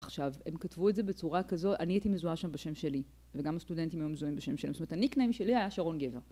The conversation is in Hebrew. עכשיו, הם כתבו את זה בצורה כזו, אני הייתי מזוהה שם בשם שלי, וגם הסטודנטים היו מזוהים בשם שלי, זאת אומרת הניקניים שלי היה שרון גבע.